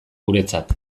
guretzat